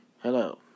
Hello